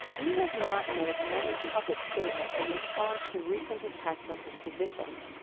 he has not made many public statements in response to recent attacks on his positions.